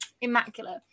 immaculate